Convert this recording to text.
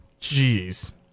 Jeez